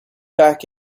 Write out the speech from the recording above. back